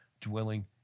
dwelling